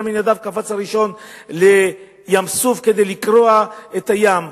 עמינדב קפץ הראשון לים-סוף כדי לקרוע את הים,